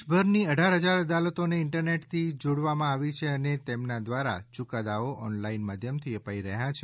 દેશભરની અઢાર હજાર અદાલતોને ઇન્ટરનેટથી જોડવામાં આવી છે અને તેમના દ્વારા યુકાદાઓ ઓનલાઇન માધ્યમથી અપાઇ રહયાં છે